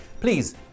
Please